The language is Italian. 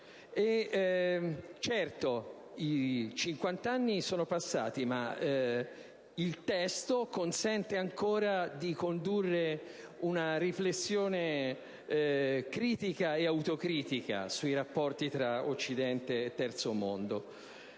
Certo, cinquant'anni sono passati, ma il testo consente ancora di condurre una riflessione critica e autocritica sui rapporti tra Occidente e Terzo mondo.